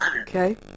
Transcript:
Okay